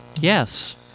Yes